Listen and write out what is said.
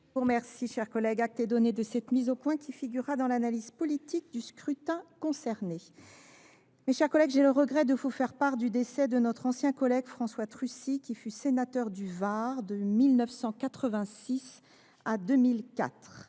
voter contre. Acte est donné de cette mise au point, ma chère collègue. Elle figurera dans l’analyse politique du scrutin. Mes chers collègues, j’ai le regret de vous faire part du décès de notre ancien collègue François Trucy, qui fut sénateur du Var de 1986 à 2004.